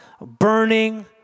burning